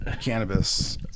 cannabis